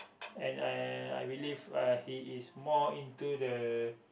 and uh I believe uh he is more into the